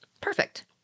Perfect